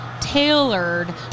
tailored